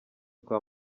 kwa